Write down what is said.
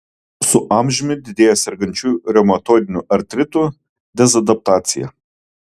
su amžiumi didėja sergančių reumatoidiniu artritu dezadaptacija